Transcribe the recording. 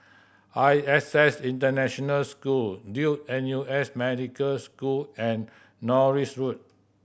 I S S International School Duke N U S Medical School and Norris Road